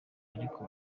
ariko